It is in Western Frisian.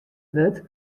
wurdt